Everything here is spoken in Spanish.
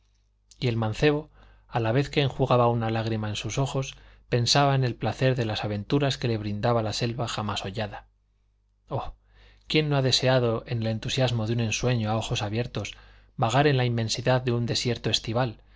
y el mancebo a la vez que enjugaba una lágrima en sus ojos pensaba en el placer de las aventuras que le brindaba la selva jamás hollada oh quién no ha deseado en el entusiasmo de un ensueño a ojos abiertos vagar en la inmensidad de un desierto estival